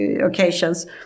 occasions